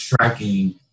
tracking